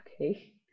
Okay